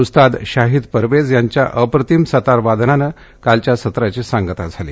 उस्ताद शाहिद परवेझ सतार यांच्या अप्रतिम सतार वादनाने कालच्या सत्राची सांगता झाली